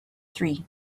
three